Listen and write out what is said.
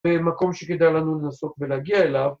במקום שכדאי לנו לנסות ולהגיע אליו